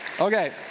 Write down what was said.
Okay